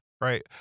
right